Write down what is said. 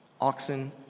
oxen